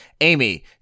Amy